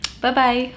Bye-bye